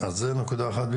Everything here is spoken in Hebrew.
זו נקודה אחת.